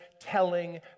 telling